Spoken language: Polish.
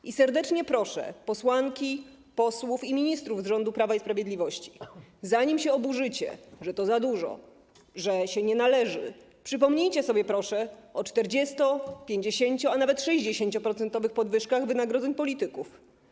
I serdecznie proszę posłanki, posłów i ministrów z rządu Prawa i Sprawiedliwości, zanim się oburzycie, że to za dużo, że się nie należy, przypomnijcie sobie, proszę, o 40-procentowych, 50-procentowych, a nawet 60-procentowych podwyżkach wynagrodzeń polityków.